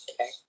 okay